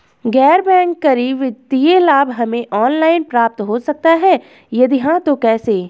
गैर बैंक करी वित्तीय लाभ हमें ऑनलाइन प्राप्त हो सकता है यदि हाँ तो कैसे?